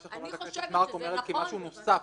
מה שחברת הכנסת מארק אומרת זה כמשהו נוסף,